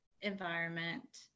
environment